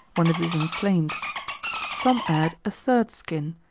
when it is inflamed some add a third skin,